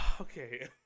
Okay